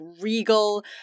regal